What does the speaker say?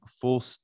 full